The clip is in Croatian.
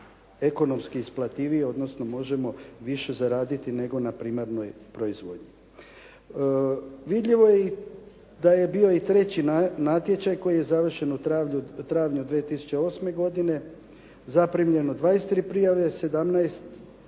ekonomski isplativiji, odnosno možemo više zaraditi nego na primarnoj proizvodnji. Vidljivo je da je bio i treći natječaj koji je završen u travnju 2008. godine, zaprimljeno 23 prijave, 17,